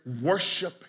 worship